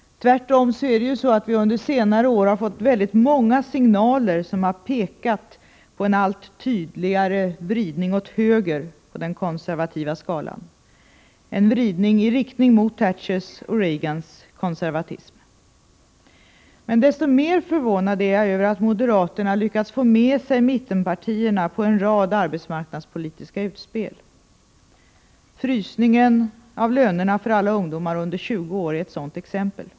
Tvärtom har vi under senare år fått många signaler som har pekat på en allt tydligare vridning mot höger på den konservativa skalan — en vridning i riktning mot Thatchers och Reagans konservatism. Desto mer förvånad är jag över att moderaterna lyckats få med sig mittenpartierna på en rad arbetsmarknadspolitiska utspel. Frysningen av lönerna för alla ungdomar under 20 år är ett sådant exempel.